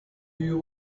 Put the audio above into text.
you